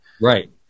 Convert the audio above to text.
Right